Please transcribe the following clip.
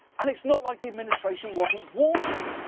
and it's not like the administration wasn't warned here.